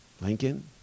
Lincoln